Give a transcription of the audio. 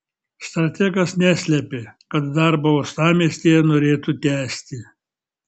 strategas neslėpė kad darbą uostamiestyje norėtų tęsti